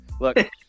Look